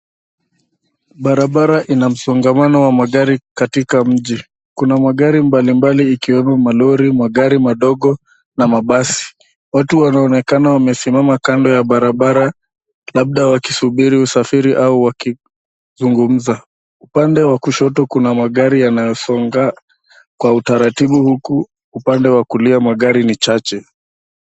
Barabara ina msongamano wa magari katika mji ,Kuna magari mbalimbali ikiwemo malori, magari madogo na mabasi. Watu wanaonekana wamesimama kando ya barabara, labda wakisubiri usafiri au wakizungumza. Upande wa kushoto Kuna magari yanayosonga kwa utaratibu huku upande wa kulia magari ni chache